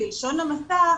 וזה בלשון המעטה,